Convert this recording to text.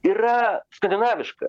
yra skandinaviška